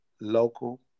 local